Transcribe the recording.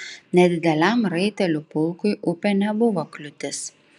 nedideliam raitelių pulkui upė nebuvo kliūtis